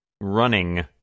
running